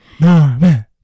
Norman